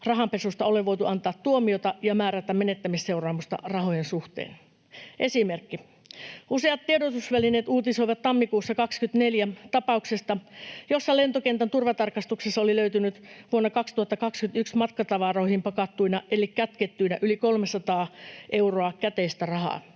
rahanpesusta ole voitu antaa tuomiota ja määrätä menettämisseuraamusta rahojen suhteen. Esimerkki: Useat tiedotusvälineet uutisoivat tammikuussa 2024 tapauksesta, jossa lentokentän turvatarkastuksessa oli löytynyt vuonna 2021 matkatavaroihin pakattuina eli kätkettyinä yli 300 000 euroa käteistä rahaa.